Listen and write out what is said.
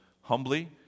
humbly